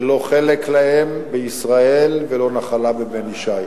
שלא חלק להם בישראל ולא נחלה בבן ישי.